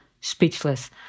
speechless